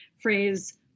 phrase